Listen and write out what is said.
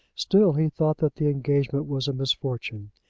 still he thought that the engagement was a misfortune.